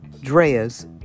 Drea's